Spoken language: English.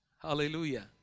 hallelujah